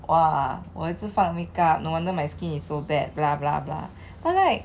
!wah! 我一直放 makeup no wonder my skin is so bad blah blah blah or like